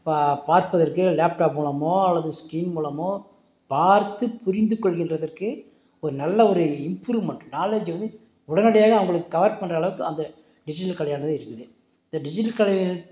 பா பார்ப்பதற்கு லேப்டாப் மூலமோ அல்லது ஸ்கிரீன் மூலமோ பார்த்து புரிந்து கொள்கின்றதற்கு ஒரு நல்ல ஒரு இம்ப்ரூவ்மெண்ட் நாலெட்ஜ் வந்து உடனடியாக அவங்களுக்கு கவர் பண்ணுற அளவுக்கு அந்த டிஜிட்டல் கலையானது இருக்குது இந்த டிஜிட்டல் கலை